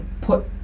put